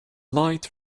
light